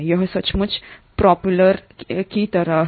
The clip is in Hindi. यह सचमुच प्रोपेलर की तरह है